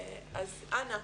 אנא,